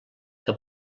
que